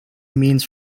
means